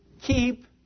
Keep